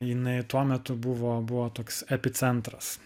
jinai tuo metu buvo buvo toks epicentras